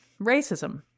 racism